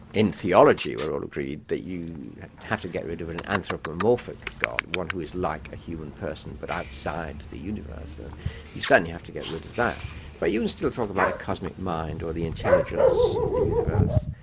in theology we're all agreed that you have to get rid of an anthropromorphic god, one who is like a human person but outside the universe. and you certainly have to get rid of that but you can still talk about a cosmic mind, or the intelligence of the universe,